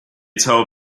tell